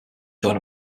join